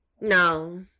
no